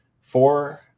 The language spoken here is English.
four